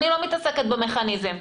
אני לא מתעסקת במכניזם,